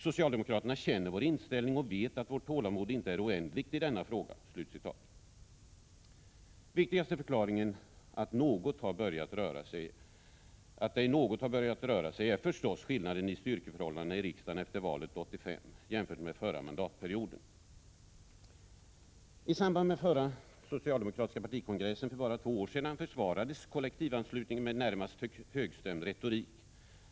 Socialdemokraterna känner vår inställning och vet att vårt tålamod inte är oändligt i denna fråga.” Viktigaste förklaringen till att det något har börjat röra sig är förstås skillnaden i styrkeförhållandena i riksdagen efter valet 1985 jämfört med förra mandatperioden. I samband med förra socialdemokratiska partikongressen för bara två år sedan försvarades kollektivanslutningen med närmast högstämd retorik.